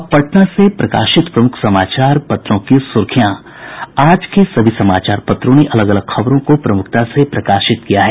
अब पटना से प्रकाशित प्रमुख समाचार पत्रों की सुर्खियां आज के सभी समाचार पत्रों ने अलग अलग खबरों को प्रमुखता से प्रकाशित किया है